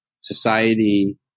Society